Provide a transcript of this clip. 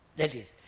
that is,